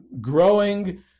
growing